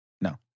No